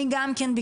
אני גם כן,